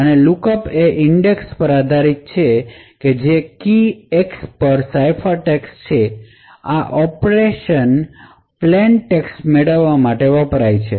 અને લુકઅપ એ ઇન્ડેક્સ પર આધારિત છે જે કી X અથવા સાઇફરટેક્સ્ટ છે આ ઑપરેશન પ્લેન ટેક્સ્ટ મેળવવા માટે વપરાય છે